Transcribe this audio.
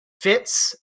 fits